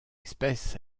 espèce